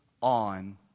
on